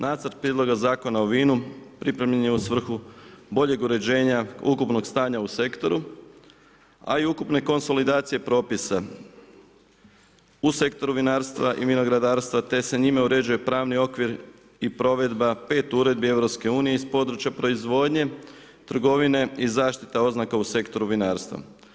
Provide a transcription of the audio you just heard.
Nacrt Prijedloga zakona o vinu pripremljen je u svrhu boljeg uređenja ukupnog stanja u sektoru a i ukupne konsolidacije propisa u sektoru vinarstva i vinogradarstva te se njime uređuje pravni okvir i provedba 5 uredbi EU iz područja proizvodnje, trgovine i zaštita oznaka u sektoru vinarstva.